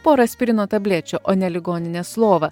pora aspirino tablečių o ne ligoninės lova